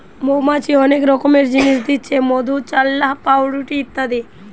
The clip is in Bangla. মৌমাছি অনেক রকমের জিনিস দিচ্ছে মধু, চাল্লাহ, পাউরুটি ইত্যাদি